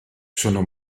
sono